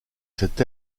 c’est